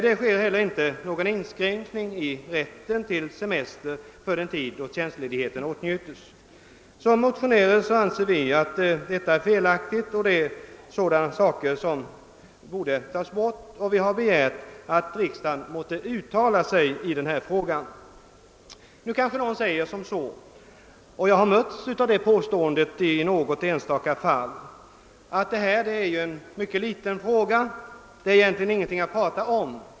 Det sker inte heller någon inskränkning i rätten till semester för den tid då tjänstledigheten åtnjuts. Som motionärer anser vi att detta är felaktigt och att denna förmån borde tas bort. Vi har därför begärt att riksdagen måtte uttala sig i denna fråga. Nu kanske någon säger — jag har mötts av det påståendet i något enstaka fall — att detta ju är en mycket liten fråga, det är ingenting att prata om.